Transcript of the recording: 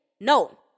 No